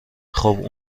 خوب